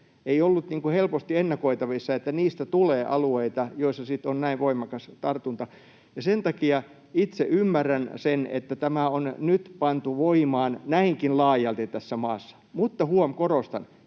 Ei ollut helposti ennakoitavissa, että niistä tulee alueita, joissa sitten on näin voimakas tartunta. Ja sen takia itse ymmärrän sen, että tämä on nyt pantu voimaan näinkin laajalti tässä maassa — mutta huom. korostan: